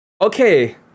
Okay